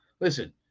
listen